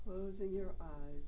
closing your eyes